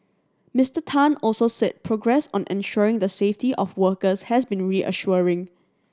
Mister Tan also said progress on ensuring the safety of workers has been reassuring